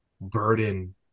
burden